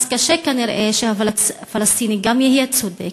קשה כנראה שהפלסטיני גם יהיה צודק,